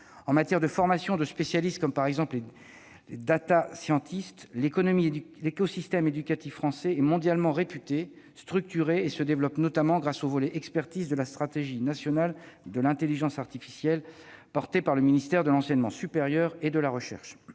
En matière de formation de spécialistes, par exemple de, l'écosystème éducatif français est mondialement réputé. Structuré, il se développe notamment grâce au volet « expertise » de la stratégie nationale de l'intelligence artificielle déployée par le ministère de l'enseignement supérieur et de la recherche.